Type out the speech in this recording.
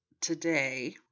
today